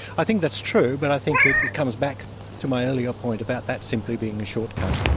i think that's true but i think it comes back to my earlier point about that simply being a shortcut.